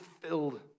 filled